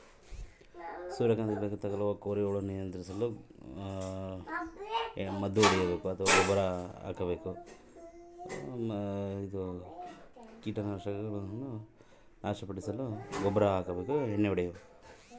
ಸೂರ್ಯಕಾಂತಿ ಗಿಡಕ್ಕೆ ತಗುಲುವ ಕೋರಿ ಹುಳು ನಿಯಂತ್ರಿಸಲು ಏನು ಮಾಡಬೇಕು?